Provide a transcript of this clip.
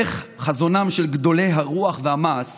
איך חזונם של גדולי הרוח והמעש